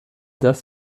das